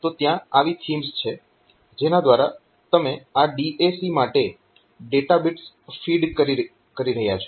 તો ત્યાં આવી થીમ્સ છે જેના દ્વારા તમે આ DAC માટે ડેટા બિટ્સ ફીડ કરી રહ્યાં છો